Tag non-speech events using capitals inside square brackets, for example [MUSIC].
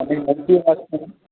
আপনি [UNINTELLIGIBLE] আসবেন